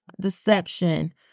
deception